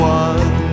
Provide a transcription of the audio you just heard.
one